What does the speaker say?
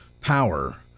power